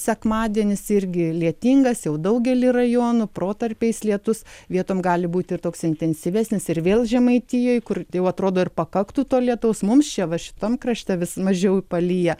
sekmadienis irgi lietingas jau daugely rajonų protarpiais lietus vietom gali būt ir toks intensyvesnis ir vėl žemaitijoj kur jau atrodo ir pakaktų to lietaus mums čia va šitam krašte vis mažiau palyja